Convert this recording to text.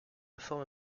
forme